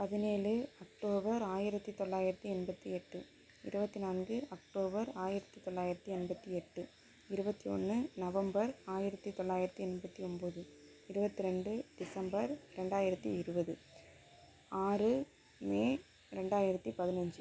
பதினேழு அக்டோபர் ஆயிரத்து தொள்ளாயிரத்து எண்பத்து எட்டு இருபத்தி நான்கு அக்டோபர் ஆயிரத்து தொள்ளாயிரத்து எண்பத்து எட்டு இருபத்தி ஒன்று நவம்பர் ஆயிரத்து தொள்ளாயிரத்து எண்பத்து ஒம்பது இருபத்தி ரெண்டு டிசம்பர் ரெண்டாயிரத்து இருபது ஆறு மே ரெண்டாயிரத்து பதினஞ்சு